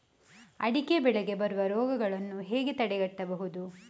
ಅಡಿಕೆ ಬೆಳೆಗೆ ಬರುವ ರೋಗಗಳನ್ನು ಹೇಗೆ ತಡೆಗಟ್ಟಬಹುದು?